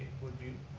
woodview.